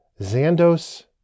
Zandos